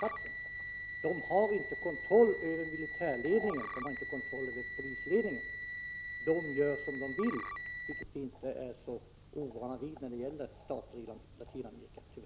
Man har alltså inte kontroll vare sig över militärledningen eller över polisledningen. Man gör som man vill, vilket vi — tyvärr — inte är så ovana vid när det gäller stater i Latinamerika.